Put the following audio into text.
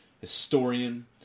historian